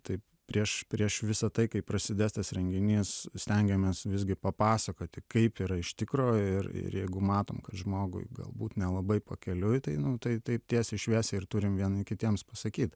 taip prieš prieš visą tai kaip prasidės tas renginys stengiamės visgi papasakoti kaip yra iš tikro ir ir jeigu matom kad žmogui galbūt nelabai pakeliui tai nu tai tai tiesiai šviesiai ir turim vieni kitiems pasakyt